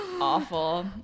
Awful